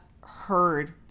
heard